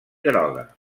groga